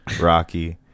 Rocky